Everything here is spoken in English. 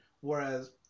Whereas